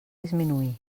disminuir